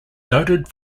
noted